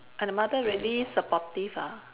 and the mother really supportive ah